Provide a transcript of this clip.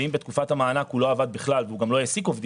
ואם בתקופת המענק הוא לא עבד בכלל והוא גם בכלל לא העסיק עובדים,